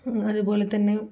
അതുപോലെ തന്നെ